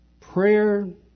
Prayer